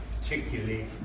particularly